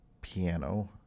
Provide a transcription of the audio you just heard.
piano